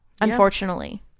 unfortunately